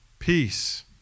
Peace